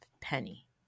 Penny